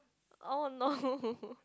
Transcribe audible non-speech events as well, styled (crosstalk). oh no (laughs)